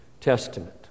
Testament